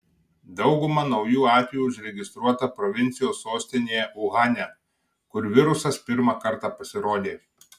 dauguma naujų atvejų užregistruota provincijos sostinėje uhane kur virusas pirmą kartą pasirodė